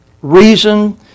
reason